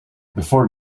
before